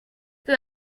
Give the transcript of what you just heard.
peu